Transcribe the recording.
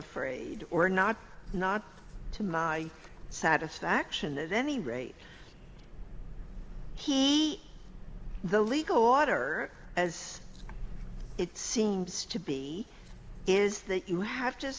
afraid or not not to my satisfaction at any rate he the legal water as it seems to be is that you have to